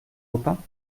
baupin